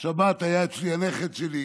בשבת היה אצלי הנכד שלי,